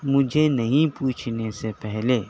مجھے نہیں پوچھنے سے پہلے